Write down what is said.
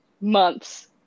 months